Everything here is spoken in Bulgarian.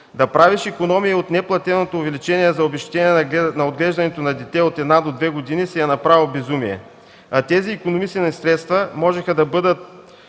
Да правиш икономии от неплатеното увеличение за обезщетение за отглеждане на дете от една до две години е направо безумие, а тези икономисани средства можеха да бъдат